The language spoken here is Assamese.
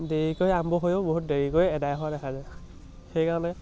দেৰিকৈ আৰম্ভ হৈও বহুত দেৰিকৈ এদায় হোৱা দেখা যাই সেইকাৰণে